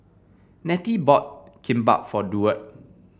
Nettie bought Kimbap for Duard